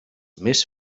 més